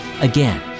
Again